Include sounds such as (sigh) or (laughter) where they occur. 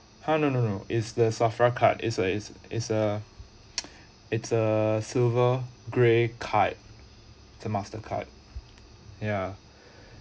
ha no no no is the safra card is a is it's a (noise) it's a silver grey card the mastercard ya